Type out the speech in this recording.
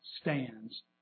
stands